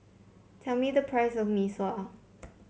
tell me the price of Mee Sua